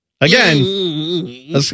Again